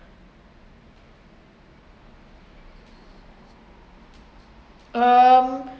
um